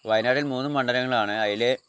വയനാടിൽ മൂന്ന് മണ്ഡലങ്ങളാണ് അതിൽ